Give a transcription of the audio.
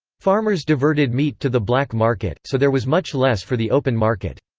farmers diverted meat to the black market, so there was much less for the open market.